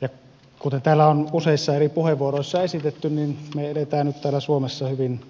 ja kuten täällä on useissa eri puheenvuoroissa esitetty me elämme nyt täällä suomessa hyvin